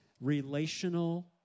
relational